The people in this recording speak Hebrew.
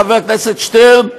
חבר הכנסת שטרן,